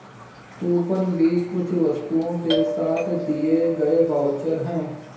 coupon भी कुछ वस्तुओं के साथ दिए गए वाउचर है